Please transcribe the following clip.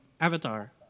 Avatar